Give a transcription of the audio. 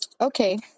okay